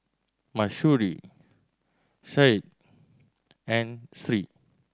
Mahsuri Syed and Sri